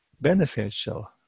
beneficial